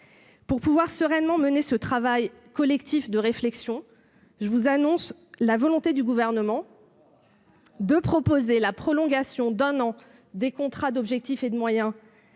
Pour pouvoir sereinement mener ce travail collectif de réflexion, le Gouvernement souhaite proposer la prolongation d'un an des contrats d'objectifs et de moyens